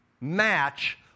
Match